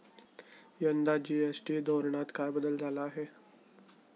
यंदा जी.एस.टी धोरणात काय बदल झाला आहे?